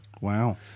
Wow